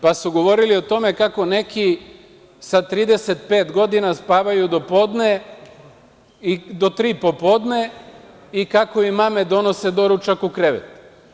Pa su govorili o tome kako neki sa 35 godina spavaju do tri popodne i kako im mame donose doručak u krevet.